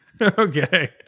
Okay